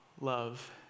Love